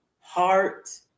Heart